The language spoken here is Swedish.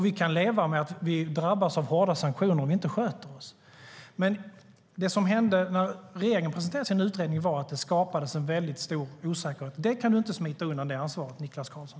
Vi kan leva med att vi drabbas av hårda sanktioner om vi inte sköter oss. När regeringen presenterade sin utredning skapades det stor osäkerhet. Det ansvaret kan du inte smita undan, Niklas Karlsson.